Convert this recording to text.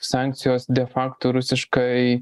sankcijos de fakto rusiškai